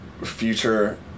future